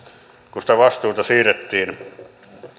kun sitä vastuuta siirrettiin